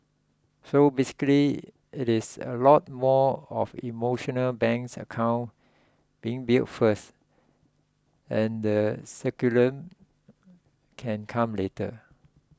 so basically it is a lot more of emotional banks account being built first and the curriculum can come later